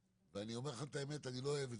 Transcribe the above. ואני אומר לך את האמת שאני לא אוהב את